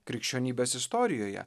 krikščionybės istorijoje